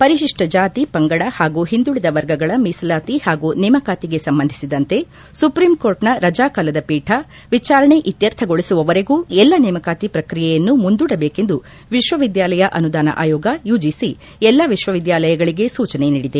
ಪರಿಶಿಷ್ಪ ಜಾತಿ ಪಂಗಡ ಹಾಗೂ ಹಿಂದುಳಿದ ವರ್ಗಗಳ ಮೀಸಲಾತಿ ಹಾಗೂ ನೇಮಕಾತಿಗೆ ಸಂಬಂಧಿಸಿದಂತೆ ಸುಪ್ರೀಂ ಕೋರ್ಟ್ನ ರಜಾ ಕಾಲದ ಪೀಠ ವಿಚಾರಣೆ ಇತ್ಲರ್ಥಗೊಳಿಸುವವರೆಗೂ ಎಲ್ಲ ನೇಮಕಾತಿ ಪ್ರಕ್ರಿಯೆಯನ್ನು ಮುಂದೂಡಬೇಕೆಂದು ವಿಶ್ವವಿದ್ವಾಲಯ ಅನುದಾನ ಆಯೋಗ ಯುಜಿಸಿ ಎಲ್ಲ ವಿಶ್ವವಿದ್ಯಾಲಯಗಳಿಗೆ ಸೂಚನೆ ನೀಡಿದೆ